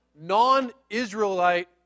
non-Israelite